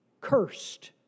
cursed